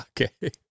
Okay